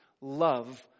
love